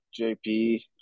jp